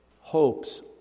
hopes